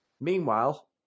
Meanwhile